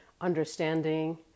understanding